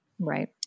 right